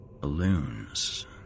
balloons